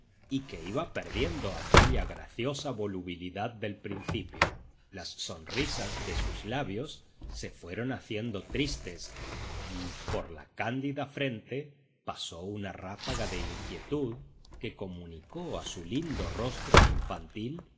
y que iba perdiendo aquella graciosa volubilidad del principio las sonrisas de sus labios se fueron haciendo tristes y por la cándida frente pasó una ráfaga de inquietud que comunicó a su lindo rostro infantil